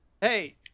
hey